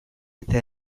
eta